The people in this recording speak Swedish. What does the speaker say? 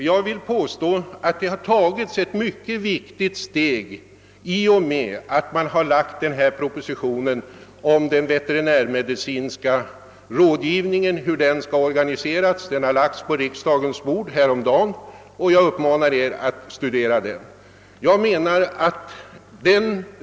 Jag vill påstå att vi med den proposition om den veterinärmedicinska rådgivningens organisation, som lades på riksdagens bord häromdagen, har tagit ett mycket stort steg framåt. Jag rekommenderar den propositionen för studium.